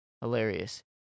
Hilarious